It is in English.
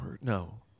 no